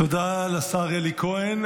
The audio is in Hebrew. תודה לשר אלי כהן.